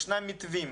ישנם מתווים.